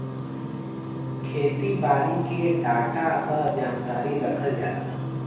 खेती बारी के डाटा क जानकारी रखल जाला